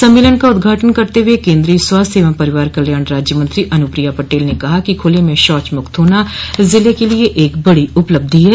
सम्मेलन का उद्घाटन करते हुए केन्द्रीय स्वास्थ्य एवं परिवार कल्याण राज्यमंत्री अनुप्रिया पटेल ने कहा कि खुले में शौच मुक्त होना ज़िले के लिए एक बड़ी उपलब्धि है